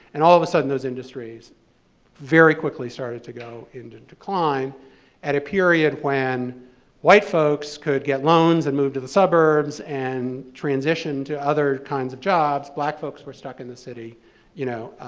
and all of a sudden, those industries very quickly started to go into decline at a period when white folks could get loans and move to the suburbs and transition to other kinds of jobs. black folks were stuck in the city you know